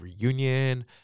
reunion